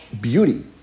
beauty